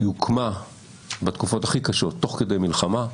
היא הוקמה בתקופת הכי קשות ותוך כדי מלחמה.